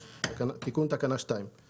תיקון תקנה 2 3